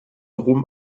rom